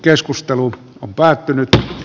keskustelu on päättynyt